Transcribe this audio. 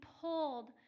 pulled